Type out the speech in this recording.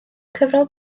cyfrol